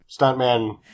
stuntman